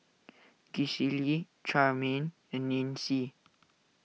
Gisele Charmaine and Nancy